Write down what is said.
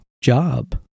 job